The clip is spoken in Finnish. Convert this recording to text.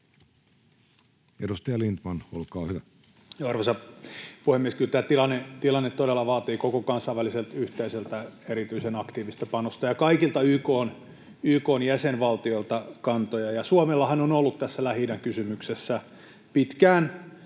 Edustaja Lindtman, olkaa hyvä. Arvoisa puhemies! Kyllä tämä tilanne todella vaatii koko kansainväliseltä yhteisöltä erityisen aktiivista panosta ja kaikilta YK:n jäsenvaltioilta kantoja. Suomellahan on ollut tässä Lähi-idän kysymyksessä pitkään